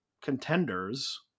contenders